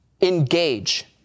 engage